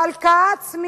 והלקאה עצמית,